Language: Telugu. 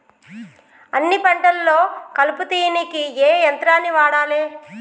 అన్ని పంటలలో కలుపు తీయనీకి ఏ యంత్రాన్ని వాడాలే?